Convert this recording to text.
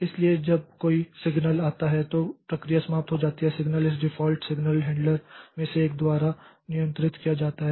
इसलिए जब कोई सिग्नल आता है तो प्रक्रिया समाप्त हो जाती है सिग्नल इस डिफ़ॉल्ट सिग्नल हैंडलर में से एक द्वारा नियंत्रित किया जाता है